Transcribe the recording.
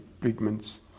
pigments